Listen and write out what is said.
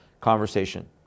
conversation